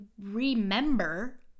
remember